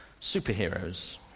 Superheroes